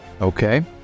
okay